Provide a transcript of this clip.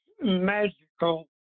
magical